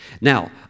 Now